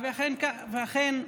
ואכן,